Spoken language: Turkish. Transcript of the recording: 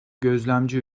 gözlemci